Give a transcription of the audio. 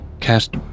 cast